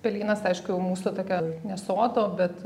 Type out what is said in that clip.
pelynas aišku jau mūsų tokia ne sodo bet